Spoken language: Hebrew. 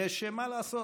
ומה לעשות,